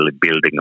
building